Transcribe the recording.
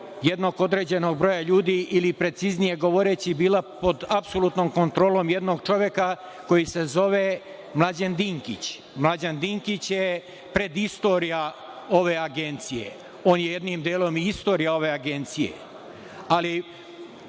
jednog određenog broja ljudi ili, preciznije govoreći, bila pod apsolutnom kontrolom jednog čoveka koji se zove Mlađan Dinkić. Mlađan Dinkić je predistorija ove agencije. On je jednim delom i istorija ove agencije, ali